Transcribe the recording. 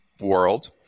world